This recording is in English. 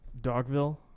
Dogville